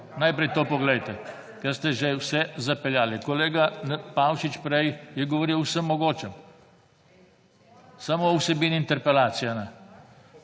Najprej to poglejte, ker ste že vse zapeljali. Kolega Pavšič prej je govoril o vsem mogočem, samo o vsebini interpelacije ne.